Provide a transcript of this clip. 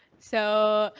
so,